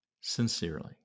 Sincerely